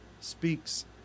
speaks